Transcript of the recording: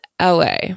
LA